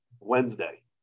Wednesday